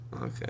Okay